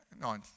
No